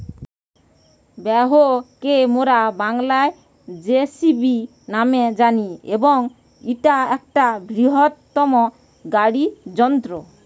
backhoe কে মোরা বাংলায় যেসিবি ন্যামে জানি এবং ইটা একটা বৃহত্তম গাড়ি যন্ত্র